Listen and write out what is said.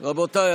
רבותיי,